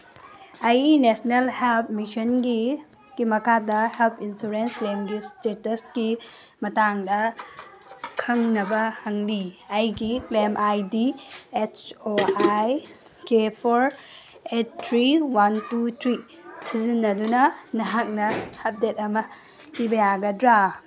ꯑꯩ national health ꯃꯤꯁꯟꯒꯤꯀꯤ ꯃꯈꯥꯗ ꯍꯦꯜꯠ ꯏꯟꯁꯨꯔꯦꯟꯁ ꯀ꯭ꯂꯦꯝꯒꯤ ꯏꯁꯇꯦꯇꯁꯀꯤ ꯃꯇꯥꯡꯗ ꯈꯪꯅꯕ ꯍꯪꯂꯤ ꯑꯩꯒꯤ ꯀ꯭ꯂꯦꯝ ꯑꯥꯏ ꯗꯤ ꯍꯩꯁ O I K four eight three one two three ꯁꯤꯖꯤꯟꯅꯗꯨꯅ ꯅꯍꯥꯛꯅ ꯑꯞꯗꯦꯠ ꯑꯃ ꯄꯤꯕ ꯌꯥꯒꯗ꯭ꯔꯥ